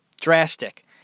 drastic